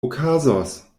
okazos